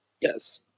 Yes